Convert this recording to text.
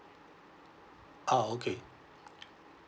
ah okay